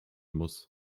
muss